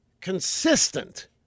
consistent